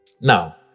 Now